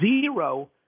zero